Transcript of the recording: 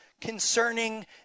concerning